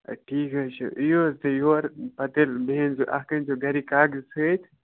آ ٹھیٖک حظ چھُ یِیِو حظ تُہۍ یور پَتہٕ ییٚلہِ بیٚیہِ حظ اَکھ أنۍزیٚو گَرِکۍ کاغذ سۭتۍ